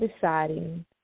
deciding